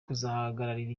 kuzahagararira